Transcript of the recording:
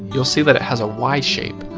you'll see that it has a y shape,